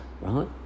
right